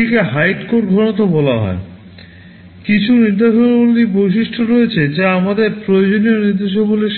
এটিকে hide code ঘনত্ব অনেক flexibility